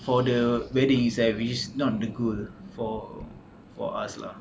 for the wedding service not the goal for for us lah